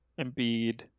Embiid